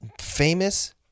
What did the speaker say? famous